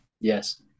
Yes